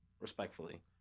respectfully